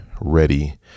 ready